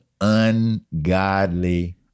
ungodly